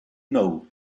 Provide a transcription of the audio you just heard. know